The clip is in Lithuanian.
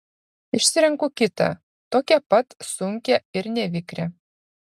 išsirenku kitą tokią pat sunkią ir nevikrią